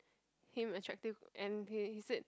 him attractive and he he said